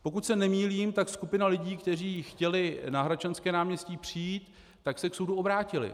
Pokud se nemýlím, tak skupina lidí, kteří chtěli na Hradčanské náměstí přijít, tak se k soudu obrátili.